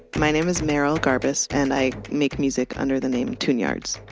my name is merrill garbus and i make music under the name of tune-yards.